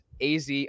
az